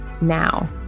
now